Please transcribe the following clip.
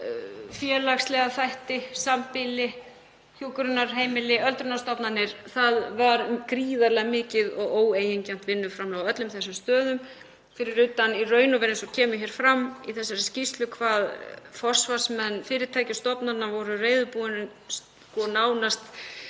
félagslega þætti, sambýli, hjúkrunarheimili, öldrunarstofnanir — það var gríðarlega mikið og óeigingjarnt vinnuframlag á öllum þessum stöðum fyrir utan, eins og kemur fram í þessari skýrslu, hvað forsvarsmenn fyrirtækja og stofnana voru reiðubúnir nánast